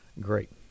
Great